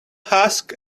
husk